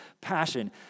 passion